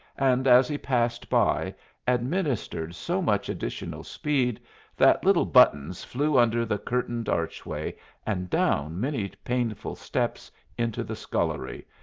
and as he passed by administered so much additional speed that little buttons flew under the curtained archway and down many painful steps into the scullery,